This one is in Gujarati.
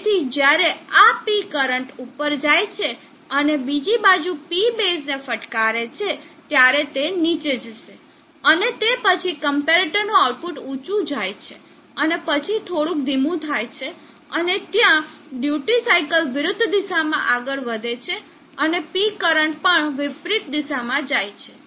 તેથી જ્યારે આ P કરંટ ઉપર જાય છે અને બીજી બાજુ P બેઝને ફટકારે છે ત્યારે તે નીચે જશે અને તે પછી ક્મ્પેરેટર નું આઉટપુટ ઊચું જાય છે અને પછી થોડુંક ધીમું થાય છે અને ત્યાં ડ્યુટી સાઇકલ વિરુદ્ધ દિશા માં આગળ વધે છે અને P કરંટ પણ વિપરીત દિશામાં જાય છે